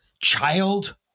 child